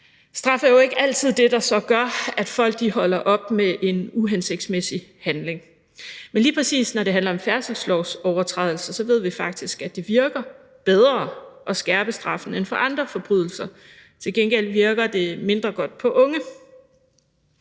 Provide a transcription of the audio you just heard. Straf er jo ikke altid det, der gør, at folk holder op med en uhensigtsmæssig handling, men lige præcis, når det handler om færdselslovsovertrædelser, ved vi faktisk, at det virker bedre at skærpe straffen end ved andre forbrydelser. Til gengæld virker det mindre godt på unge.